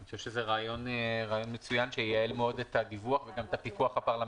אני חושב שזה רעיון שייעל מאוד את הדיווח וגם את את הפיקוח הפרלמנטרי.